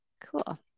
Cool